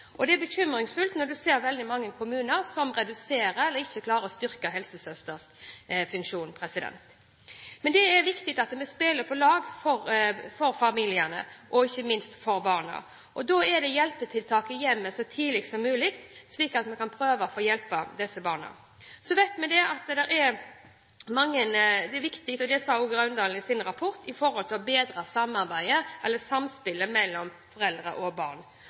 og politi. Men jeg tror at helsesøster, som ser den lille familien som kanskje trenger hjelp, eller har mistanke om noe, er en undervurdert instans. Det er bekymringsfullt når du ser at veldig mange kommuner reduserer og ikke klarer å styrke helsesøsterfunksjonen. Det er viktig at vi spiller på lag for familiene, og ikke minst for barna. Da er det viktig med hjelpetiltak i hjemmet så tidlig som mulig, slik at vi kan prøve å hjelpe disse barna. Så vet vi at det er viktig – og det sa også Raundalen i sin rapport – å bedre